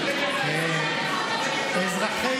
אני לא יודעת איך,